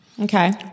Okay